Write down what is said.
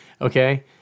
okay